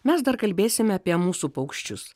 mes dar kalbėsime apie mūsų paukščius